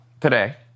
today